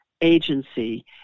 agency